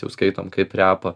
jau skaitom kaip repą